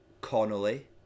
Connolly